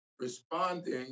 responding